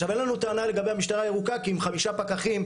עכשיו אין לנו טענה לגבי המשטרה הירוקה כי הם חמישה פקחים.